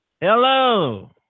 Hello